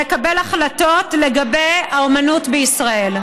לקבל החלטות לגבי האומנות בישראל.